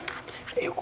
kiitos